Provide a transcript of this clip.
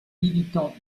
militant